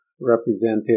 represented